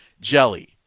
jelly